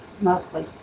mostly